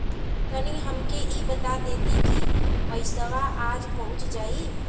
तनि हमके इ बता देती की पइसवा आज पहुँच जाई?